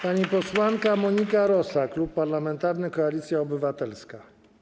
Pani posłanka Monika Rosa, Klub Parlamentarny Koalicja Obywatelska.